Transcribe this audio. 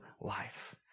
life